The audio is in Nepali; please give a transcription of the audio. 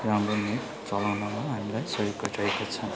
राम्रो नेट चलाउँनमा हामीलाई सहयोग गरिरहेको छ